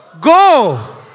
go